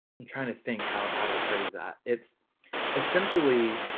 you trying to think how how to phrase that it's essentially.